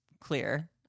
clear